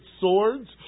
swords